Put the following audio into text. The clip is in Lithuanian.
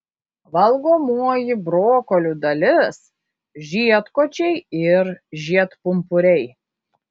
valgomoji brokolių dalis žiedkočiai ir žiedpumpuriai